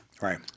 right